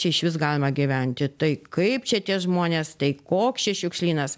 čia išvis galima gyventi tai kaip čia tie žmonės tai koks čia šiukšlynas